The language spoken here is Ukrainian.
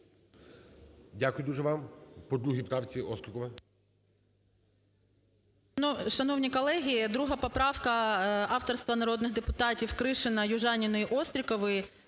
Дякую дуже вам.